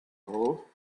hole